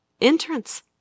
Entrance